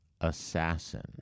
assassin